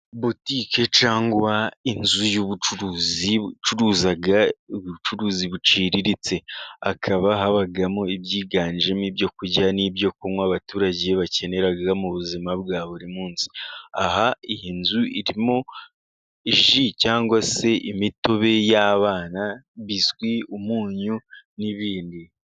Butike cyangwa inzu y'ubucuruzi bucuruza ubucuruzi buciriritse, hakaba habamo ibyiganjemo ibyo kurya n'ibyo kunywa abaturage bakenera mu buzima bwa buri munsi. Aha iyi nzu irimo ji cyangwa se imitobe y'abana, biswi, umunyu n'ibindi.